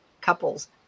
couple's